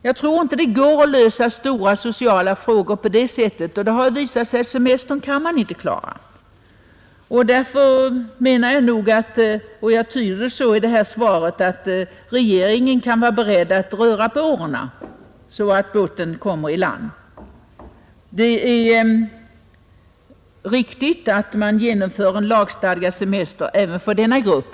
Jag tror inte det går att lösa stora sociala frågor på det sättet, och det har ju också visat sig med semesterfrågan. Jag tyder svaret så att regeringen är beredd att röra på årorna så att båten kommer i land. Det är riktigt att genomföra en lagstadgad semester även för denna grupp.